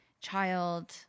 child